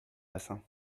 bassin